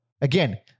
again